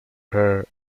her